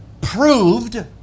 proved